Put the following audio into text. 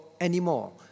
anymore